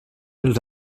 els